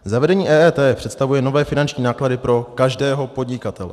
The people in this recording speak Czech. Zavedení EET představuje nové finanční náklady pro každého podnikatele.